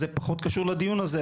זה פחות קשור לדיון הזה,